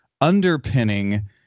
underpinning